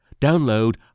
Download